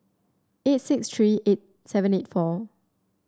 eight six three eight seventy four